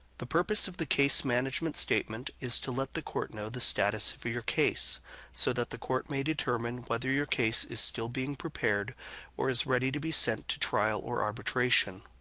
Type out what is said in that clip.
the purpose of the case management statement is to let the court know the status for your case so that the court may determine whether your case is still being prepared or is ready to be sent to trial or arbitration.